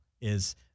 is-